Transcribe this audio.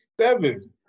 seven